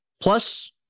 plus